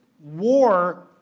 war